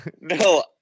No